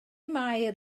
mair